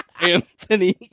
Anthony